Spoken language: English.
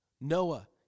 Noah